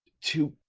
to